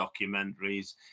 documentaries